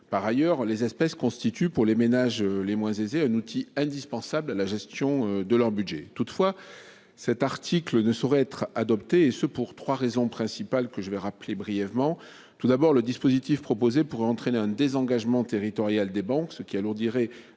par ailleurs les espèces constituent pour les ménages les moins aisés, un outil indispensable à la gestion de leur budget. Toutefois, cet article ne saurait être adoptée et ce pour 3 raisons principales que je vais rappeler brièvement. Tout d'abord le dispositif proposé pourrait entraîner un désengagement territoriale des banques, ce qui alourdirait